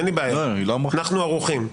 אנחנו ערוכים,